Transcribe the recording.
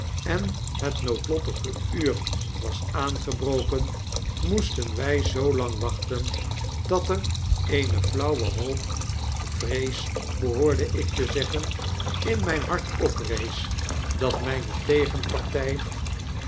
en het noodlottige uur was aangebroken moesten wy zoolang wachten dat er eene flauwe hoop vrees behoorde ikte zeggen in mijn hart oprees dat